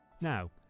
Now